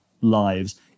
lives